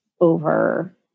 over